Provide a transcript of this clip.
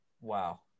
wow